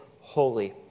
holy